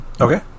Okay